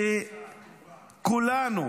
שכולנו,